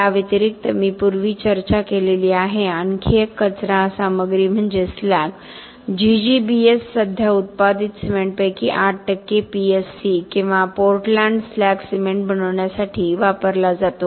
याव्यतिरिक्त मी पूर्वी चर्चा केलेली आणखी एक कचरा सामग्री म्हणजे स्लॅग जीजीबीएस सध्या उत्पादित सिमेंटपैकी 8 टक्के पीएससी किंवा पोर्टलँड स्लॅग सिमेंट बनवण्यासाठी वापरला जातो